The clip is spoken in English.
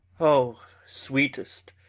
o sweetest,